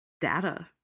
data